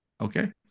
Okay